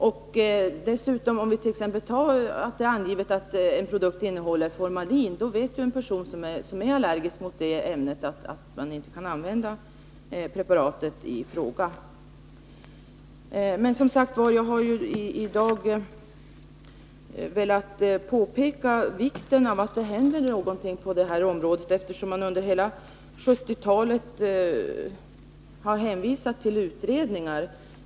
Om det anges att en produkt innehåller formalin, vet personer som är allergiska mot det ämnet att de inte kan använda preparatet i fråga. Jag har i dag velat framhålla vikten av att det händer någonting på det här området, eftersom man under 1970-talet har hänvisat till utredningar.